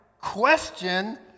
question